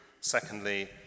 Secondly